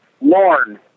Lauren